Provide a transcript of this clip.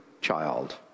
child